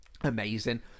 Amazing